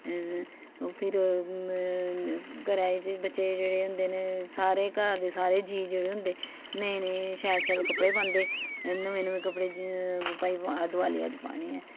फिर घरै च बच्चे जेह्ड़े होंदे न सारे घर दे सारे जीऽ जेह्ड़े होंदे नये नये शैल शैल कपड़े पांदे नमें नमें कपड़े भाई दवाल अज्ज पानें आं